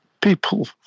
people